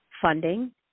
funding